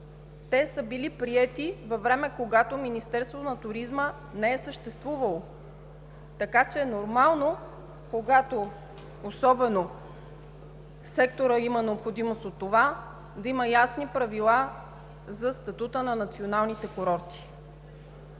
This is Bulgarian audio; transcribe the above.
са били приети във време, когато Министерство на туризма не е съществувало. Нормално е, особено когато секторът има необходимост от това, да има ясни правила за статута на националните курорти.